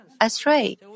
astray